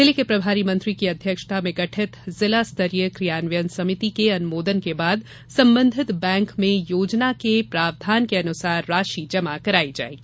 जिले के प्रभारी मंत्री की अध्यक्षता में गठित जिला स्तरीय क्रियान्वयन समिति के अनुमोदन के बाद संबंधित बैंक में योजना के प्रावधान के अनुसार राशि जमा कराई जायेगी